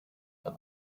and